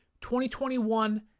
2021